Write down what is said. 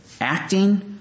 acting